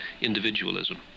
individualism